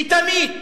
כי תמיד